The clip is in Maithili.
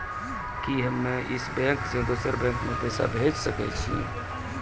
कि हम्मे इस बैंक सें दोसर बैंक मे पैसा भेज सकै छी?